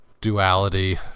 duality